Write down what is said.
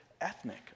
ethnic